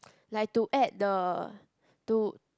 like to add the to